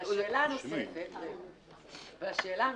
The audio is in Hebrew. והשאלה הנוספת: